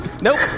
Nope